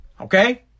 Okay